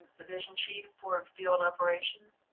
division chief for field operations.